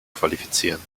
qualifizieren